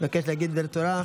מבקש להגיד דברי תודה,